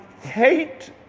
hate